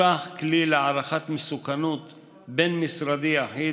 פותח כלי להערכת מסוכנות בין-משרדי יחיד